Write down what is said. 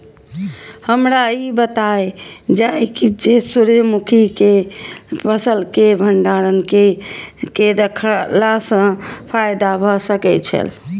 हमरा ई बतायल जाए जे सूर्य मुखी केय फसल केय भंडारण केय के रखला सं फायदा भ सकेय छल?